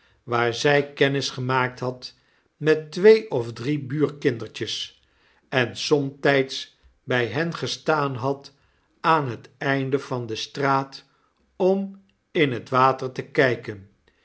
waar zy kennis gemaakt had met twee of drie buurkindertjes en somtyds by hen gestaan had aan het einde van de straat om in het water te kijken